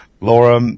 Laura